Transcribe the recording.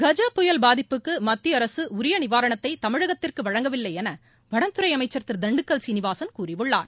கஜ புயல் பாதிப்புக்கு மத்திய அரசு உரிய நிவாரணத்தை தமிழகத்திற்கு வழங்கவில்லை என வனத்துறை அமைச்சர் திரு திண்டுக்கல் சீனிவாசன் கூறியுள்ளார்